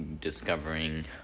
discovering